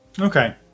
Okay